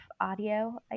audio